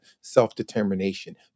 self-determination